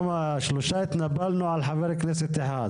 שלושה התנפלנו על חבר כנסת אחד,